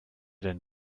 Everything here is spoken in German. denn